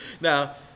Now